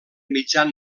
mitjan